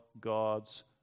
God's